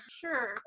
Sure